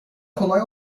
kolay